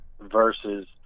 versus